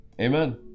Amen